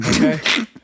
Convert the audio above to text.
okay